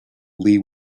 lee